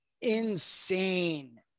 Insane